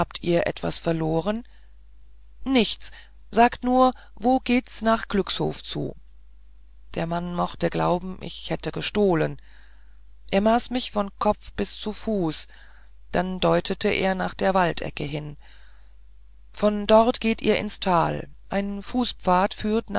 ihr etwas verloren nichts sagt nur wo geht's glückshof zu der mann mochte glauben ich hätte gestohlen er maß mich von kopf bis zu fuß dann deutete er nach der waldecke hin von dort seht ihr ins tal ein fußpfad führt